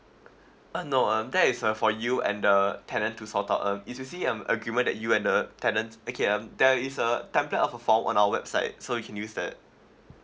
uh no um that is uh for you and the tenant to sort out uh if you see um agreement that you and the tenant okay um there is a template of the file on our website so you can use that